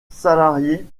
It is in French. salariés